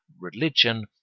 religion